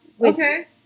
Okay